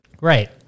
Right